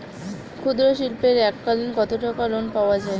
ক্ষুদ্রশিল্পের এককালিন কতটাকা লোন পাওয়া য়ায়?